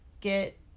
get